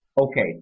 Okay